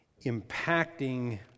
impacting